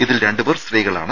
ഇതിൽ രണ്ട് പേർ സ്ത്രീകളാണ്